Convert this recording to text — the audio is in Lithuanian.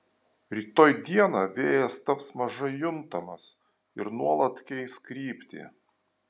rytoj dieną vėjas taps mažai juntamas ir nuolat keis kryptį